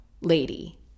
lady